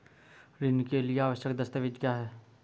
ऋण के लिए आवश्यक दस्तावेज क्या हैं?